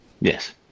Yes